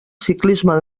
ciclisme